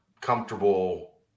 comfortable